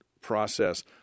process